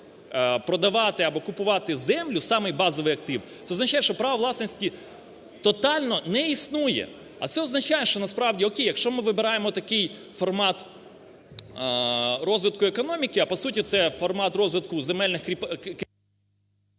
продавати або купувати землю – самий базовий актив, це означає, що права власності тотально не існує. А це означає, що насправді – о'кей – якщо ми вибираємо такий формат розвитку економіки, а по суті, це формат розвитку земельних…